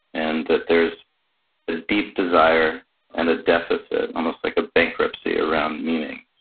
and that there's a deep desire and a deficit, almost like a bankruptcy around meaning,